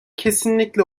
kesinlikle